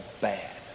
bad